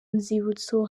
nzibutso